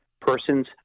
persons